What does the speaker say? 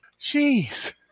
Jeez